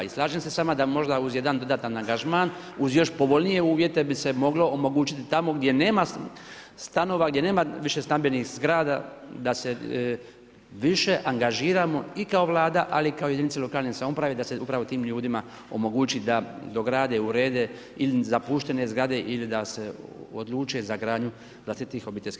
I slažem se s vama da možda uz jedan dodatak angažman, uz još povoljnije uvjete bi se moglo omogućiti tamo gdje nema stanova, gdje nema više stambenih zgrada, da se više angažiramo i kao Vlada, ali i kao jedinice lokalne samouprave da se upravo tim ljudima omogući da dograde, urede ili zapuštene zgrade ili da se odluče za gradnju vlastitih obiteljskih kuća.